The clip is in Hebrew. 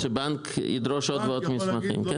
שהבנק ידרוש עוד ועוד מסמכים.